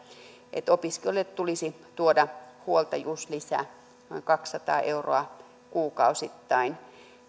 että opiskelijoille tulisi tuoda huoltajuuslisä noin kaksisataa euroa kuukausittain